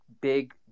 big